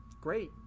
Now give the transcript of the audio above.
great